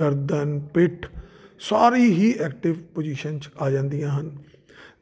ਗਰਦਨ ਪਿੱਠ ਸਾਰੀ ਹੀ ਐਕਟਿਵ ਪੁਜ਼ੀਸ਼ਨ 'ਚ ਆ ਜਾਂਦੀਆਂ ਹਨ